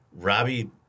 Robbie